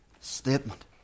statement